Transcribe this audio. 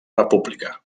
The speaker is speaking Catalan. república